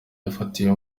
yafatiwe